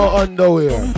underwear